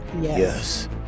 Yes